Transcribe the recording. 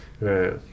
Right